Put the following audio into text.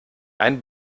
ein